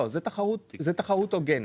לא, זאת תחרות הוגנת.